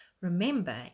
remember